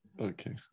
Okay